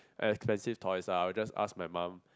and expensive toys lah I would just ask my mum